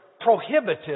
prohibitive